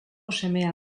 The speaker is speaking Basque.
semea